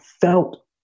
felt